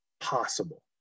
possible